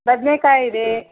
ಬದ್ನೆಕಾಯಿ ಇದೆ